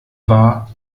war